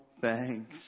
thanks